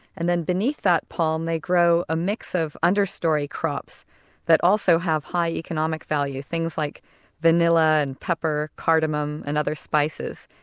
and then beneath that palm they grow a mix of understorey crops that also have high economic value, things like vanilla, and pepper, cardamom, and other spices.